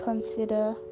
Consider